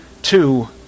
Two